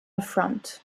front